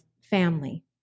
family